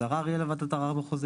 אז הערר לוועדת הערר המחוזית,